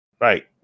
Right